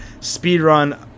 Speedrun